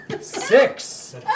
Six